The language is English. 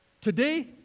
Today